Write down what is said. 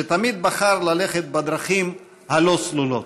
שתמיד בחר ללכת בדרכים הלא-סלולות.